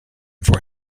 for